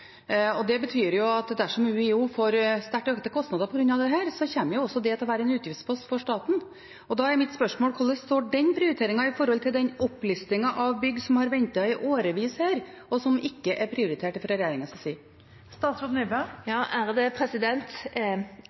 Det betyr at dersom UiO får sterkt økte kostnader på grunn av dette, kommer også det til å være en utgiftspost for staten. Da er mitt spørsmål: Hvordan står den prioriteringen i forhold til den opplistingen av bygg som har ventet i årevis her, og som ikke er prioritert